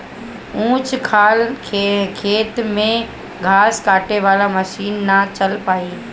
ऊंच खाल खेत में घास काटे वाला मशीन ना चल पाई